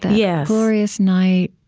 that yeah glorious night,